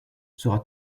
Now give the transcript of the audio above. sera